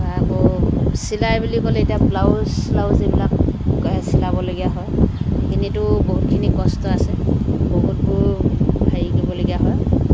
আকৌ চিলাই বুলি ক'লে এতিয়া ব্লাউজ চ্লাউজ এইবিলাক চিলাবলগীয়া হয় সেইখিনিতো বহুতখিনি কষ্ট আছে বহুতো হেৰি কৰিবলগীয়া হয়